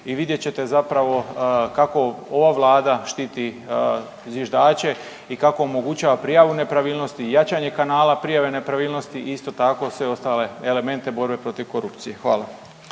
i vidjet ćete zapravo kako ova vlada štiti zviždače i kako omogućava prijavu nepravilnosti i jačanje kanala prijave nepravilnosti i isto tako sve ostale elemente borbe protiv korupcije? Hvala.